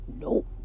Nope